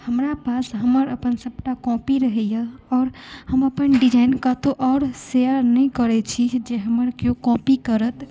हमरा पास हमर अपन सभटा कॉपी रहैया औ आओर हम अपन डिजाइन कतौ आओर शेयर नहि करै छी जे हमर केओ कॉपी करत